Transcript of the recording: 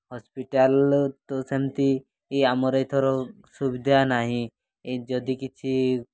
hospital ତ ସେମିତି ଆମର ଏଥର ସୁବିଧା ନାହିଁ ଏ ଯଦି କିଛି